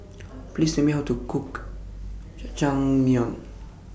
Please Tell Me How to Cook Jajangmyeon